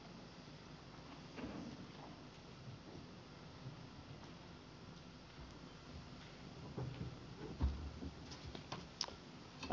arvoisa puhemies